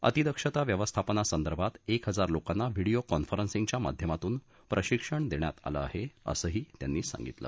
अतिदक्षता व्यवस्थापना संदर्भात एक हजार लोकांना व्हिडिओ कॉन्फरन्सिंग च्या माध्यमातून प्रशिक्षण देण्यात आलं आहे असंही त्यांनी सांगितलं